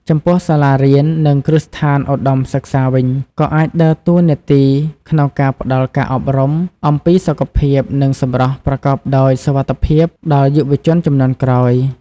ចំពោះ សាលារៀន និងគ្រឹះស្ថានឧត្តមសិក្សាវិញ ក៏អាចដើរតួនាទីក្នុងការផ្តល់ការអប់រំអំពីសុខភាព និងសម្រស់ប្រកបដោយសុវត្ថិភាពដល់យុវជនជំនាន់ក្រោយ។